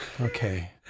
Okay